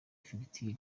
fagitire